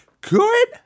good